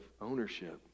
ownership